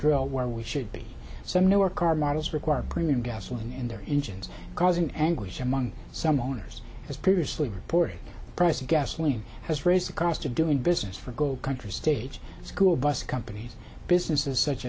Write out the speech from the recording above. drill where we should be some newer car models require premium gasoline in their engine causing anguish among some owners as previously reported price of gasoline has raised the cost of doing business for gold country stage school bus companies businesses such